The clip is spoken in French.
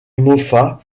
moffat